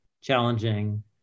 challenging